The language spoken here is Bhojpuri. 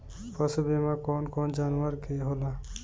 पशु बीमा कौन कौन जानवर के होला?